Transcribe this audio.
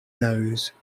nose